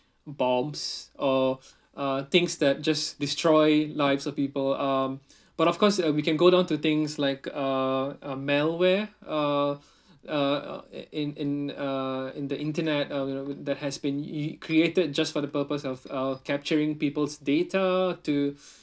bombs or uh things that just destroy lives of people um but of course uh we can go down to things like uh uh malware uh uh uh in in uh in the internet uh that has been u~ created just for the purpose of uh capturing people's data to